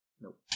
Nope